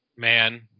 man